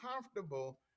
comfortable